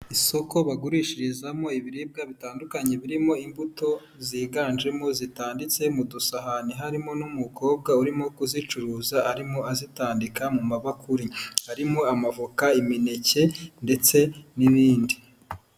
Isoko bagurishirizamo ibiribwa bitandukanye birimo imbuto ziganjemo zitanitse mu dusahani harimo n'umukobwa urimo kuzicuruza arimo azitandika mu mabakuri harimo amavoka, imineke ndetse n'ibindi.